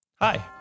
hi